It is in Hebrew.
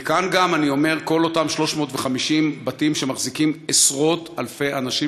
מכאן גם אני אומר: כל אותם 350 בתים שמחזיקים עשרות-אלפי אנשים,